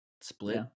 split